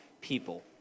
people